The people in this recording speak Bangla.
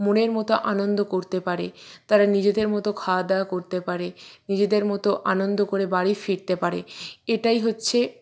মনের মতো আনন্দ করতে পারে তারা নিজেদের মতো খাওয়া দাওয়া করতে পারে নিজেদের মতো আনন্দ করে বাড়ি ফিরতে পারে এটাই হচ্ছে